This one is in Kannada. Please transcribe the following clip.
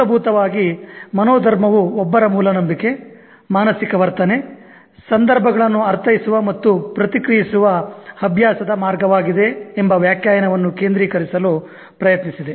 ಮೂಲಭೂತವಾಗಿ ಮನೋಧರ್ಮವು ಒಬ್ಬರ ಮೂಲನಂಬಿಕೆ ಮಾನಸಿಕ ವರ್ತನೆ ಸಂದರ್ಭಗಳನ್ನು ಅರ್ಥೈಸುವ ಮತ್ತು ಪ್ರತಿಕ್ರಯಿಸುವ ಅಭ್ಯಾಸದ ಮಾರ್ಗವಾಗಿದೆ ಎಂಬ ವ್ಯಾಖ್ಯಾನವನ್ನು ಕೇಂದ್ರೀಕರಿಸಲು ಪ್ರಯತ್ನಿಸಿದೆ